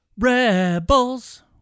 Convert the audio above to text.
Rebels